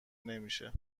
نمیشه